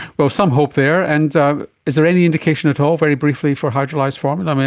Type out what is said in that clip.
well, some hope there. and is there any indication at all, very briefly, for hydrolysed formula? and